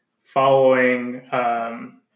following